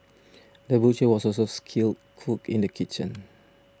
the butcher was also a skilled cook in the kitchen